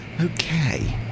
Okay